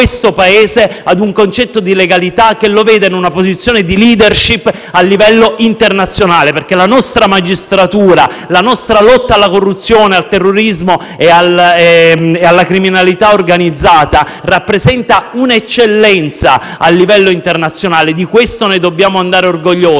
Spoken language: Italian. il Paese ad un concetto di legalità che lo veda in una posizione di *leadership* a livello internazionale, perché la nostra magistratura, la nostra lotta alla corruzione, al terrorismo e alla criminalità organizzata rappresenta un'eccellenza a livello internazionale. Di questo ne dobbiamo andare orgogliosi